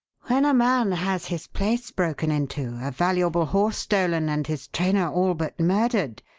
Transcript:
when a man has his place broken into, a valuable horse stolen, and his trainer all but murdered,